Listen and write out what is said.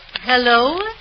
Hello